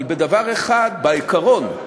אבל בדבר אחד, בעיקרון,